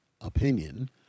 opinion